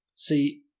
See